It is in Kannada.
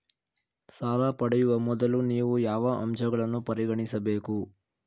ಸಾಲ ಪಡೆಯುವ ಮೊದಲು ನೀವು ಯಾವ ಅಂಶಗಳನ್ನು ಪರಿಗಣಿಸಬೇಕು?